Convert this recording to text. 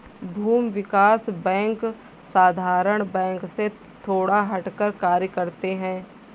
भूमि विकास बैंक साधारण बैंक से थोड़ा हटकर कार्य करते है